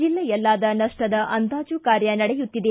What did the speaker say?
ಜಿಲ್ಲೆಯಲ್ಲಾದ ನಷ್ಟದ ಅಂದಾಜು ಕಾರ್ಯ ನಡೆಯುತ್ತಿದೆ